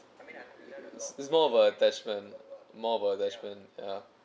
it's more of a attachment more of a attachment ya